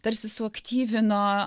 tarsi suaktyvino